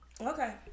Okay